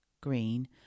green